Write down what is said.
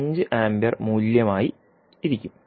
5 ampere മൂല്യമായി ആയിരിക്കും